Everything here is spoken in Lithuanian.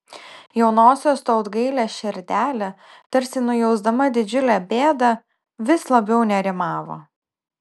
jaunosios tautgailės širdelė tarsi nujausdama didžiulę bėdą vis labiau nerimavo